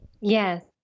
Yes